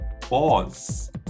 Pause